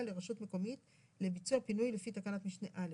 לרשות מקומת לביצוע פינוי לפי תקנת משנה (א).